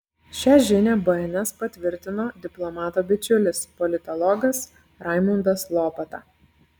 šią žinią bns patvirtino diplomato bičiulis politologas raimundas lopata